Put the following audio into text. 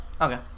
Okay